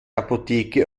apotheke